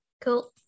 Cool